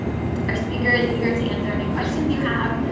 our speaker is eager to answer any questions you have.